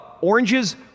Oranges